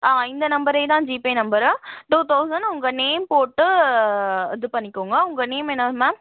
ஆ இந்த நம்பரே தான் ஜிபே நம்பரு டூ தௌசண்ட் உங்கள் நேம் போட்டு இது பண்ணிக்கோங்க உங்கள் நேம் என்னது மேம்